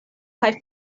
kaj